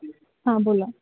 हां बोला